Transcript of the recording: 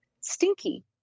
stinky